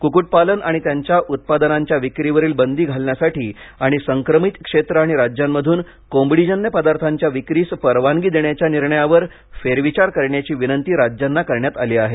कुक्कुटपालन आणि त्यांच्या उत्पादनांच्या विक्रीवरील बंदी घालण्यासाठी आणि संक्रमित क्षेत्र आणि राज्यांमधून कोंबडीजन्य पदार्थांच्या विक्रीस परवानगी देण्याच्या निर्णयावर फेरविचार करण्याची विनंती राज्यांना करण्यात आली आहे